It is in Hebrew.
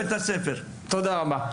תודה רבה.